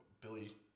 Billy